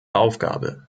aufgabe